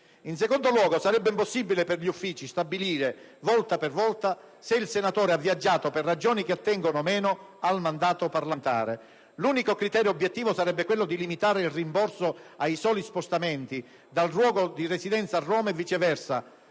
In secondo luogo, sarebbe impossibile per gli uffici stabilire volta per volta se il senatore ha viaggiato per ragioni che attengono o meno al mandato parlamentare. L'unico criterio obiettivo sarebbe quello di limitare il rimborso ai soli spostamenti dal luogo di residenza a Roma e viceversa,